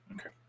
Okay